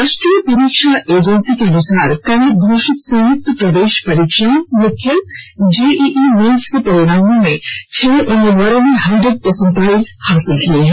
राष्ट्रीय परीक्षा एजेंसी के अनुसार कल घोषित संयुक्त प्रवेश परीक्षा मुख्य जेईई मेन्स के परिणामों में छह उम्मीदवारों ने हंड्रेड परसेंटाइल हासिल किये हैं